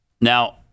Now